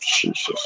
Jesus